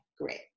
great